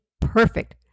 perfect